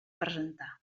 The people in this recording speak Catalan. presentar